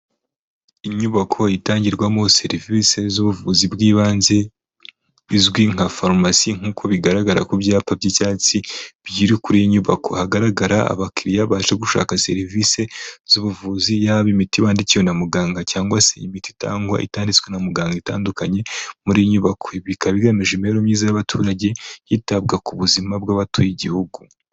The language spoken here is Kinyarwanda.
Inyubako itangirwamo serivisi z'ubuvuzi bw'ibanze, bizwi nka farumasi nk'uko bigaragara ku byapa by'icyatsi biri kuri iyi nyubako. Hagaragara abakiriya baje gushaka serivisi z'ubuvuzi, yaba imiti bandikiwe na muganga cyangwa se imiti itangwa itanditswe na muganga itandukanye muri nyubako. Bikaba bigamije imibereho myiza y'abaturage, hitabwa ku buzima bw'abatuye igihugu.